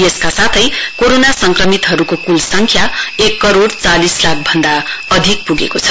यसका साथै कोरोना संक्रमितहरुको क्ल संख्या एक करोड़ चालिस लाख भन्दा अधिक प्गेको छ